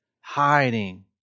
hiding